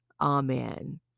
Amen